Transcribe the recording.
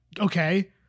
okay